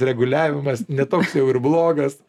reguliavimas ne toks jau ir blogas